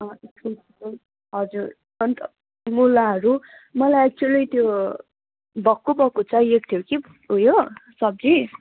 इस्कुसको हजुर अन्त मुलाहरू मलाई एक्चुली त्यो भक्कु भक्कु चाहिएको थियो कि उयो सब्जी